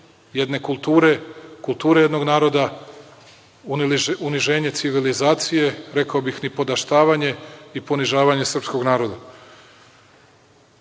jedne kulture, kulture jednog naroda, uniženje civilizacije, rekao bih, nipodaštavanje i ponižavanje srpskog